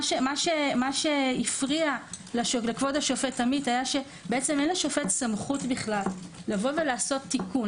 מה שהפריע לכבוד השופט עמית היה שאין לשופט סמכות לעשות תיקון,